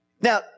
Now